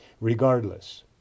Regardless